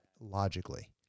logically